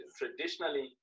traditionally